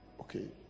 Okay